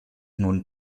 nun